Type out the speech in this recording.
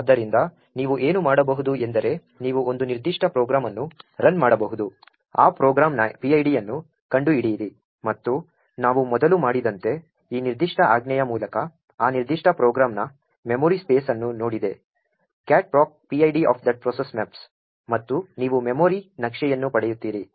ಆದ್ದರಿಂದ ನೀವು ಏನು ಮಾಡಬಹುದು ಎಂದರೆ ನೀವು ಒಂದು ನಿರ್ದಿಷ್ಟ ಪ್ರೋಗ್ರಾಂ ಅನ್ನು ರನ್ ಮಾಡಬಹುದು ಆ ಪ್ರೋಗ್ರಾಂನ PID ಅನ್ನು ಕಂಡುಹಿಡಿಯಿರಿ ಮತ್ತು ನಾವು ಮೊದಲು ಮಾಡಿದಂತೆ ಈ ನಿರ್ದಿಷ್ಟ ಆಜ್ಞೆಯ ಮೂಲಕ ಆ ನಿರ್ದಿಷ್ಟ ಪ್ರೋಗ್ರಾಂನ ಮೆಮೊರಿ ಸ್ಪೇಸ್ ಅನ್ನು ನೋಡಿದೆ cat procPID of that processmaps ಮತ್ತು ನೀವು ಮೆಮೊರಿ ನಕ್ಷೆಯನ್ನು ಪಡೆಯುತ್ತೀರಿ